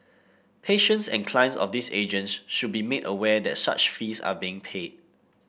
patients and clients of these agents should be made aware that such fees are being paid